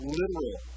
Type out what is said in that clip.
literal